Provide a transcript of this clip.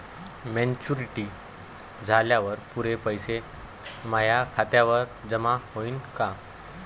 Maturity झाल्यावर पुरे पैसे माया खात्यावर जमा होईन का?